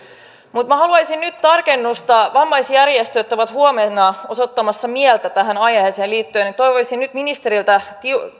minä haluaisin nyt tarkennusta vammaisjärjestöt ovat huomenna osoittamassa mieltä tähän aiheeseen liittyen ja toivoisin nyt ministeriltä